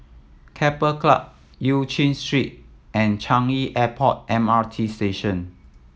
Keppel Club Eu Chin Street and Changi Airport M R T Station